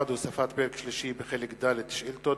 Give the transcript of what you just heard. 1. הוספת פרק שלישי בחלק ד' שאילתות,